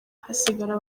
hasigara